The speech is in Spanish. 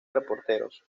reporteros